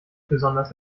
besonders